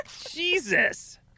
Jesus